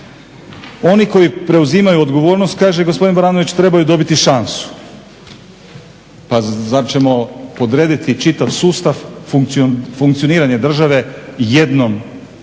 Oni koji preuzimaju odgovornost, kaže gospodin Baranović, trebaju dobiti šansu. Pa zar ćemo podrediti čitav sustav funkcioniranja države jednom čovjeku,